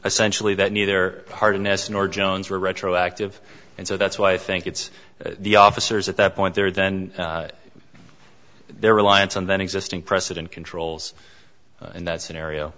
essentially that neither party nessun or jones were retroactive and so that's why i think it's the officers at that point there then their reliance on that existing precedent controls in that scenario